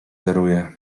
daruję